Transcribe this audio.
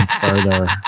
further